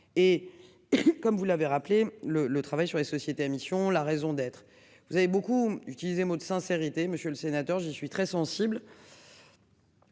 et. Comme vous l'avez rappelé le le travail sur les sociétés à mission la raison d'être. Vous avez beaucoup utilisé de sincérité Monsieur le Sénateur, je suis très sensible.